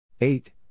eight